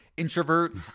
introvert